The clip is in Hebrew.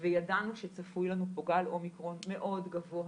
וידענו שצפוי לנו פה גל אומיקרון מאוד גבוה,